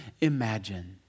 imagine